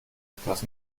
etwas